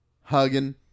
hugging